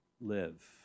live